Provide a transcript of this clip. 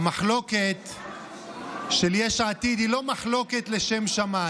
המחלוקת של יש עתיד היא לא מחלוקת לשם שמיים,